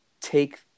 take –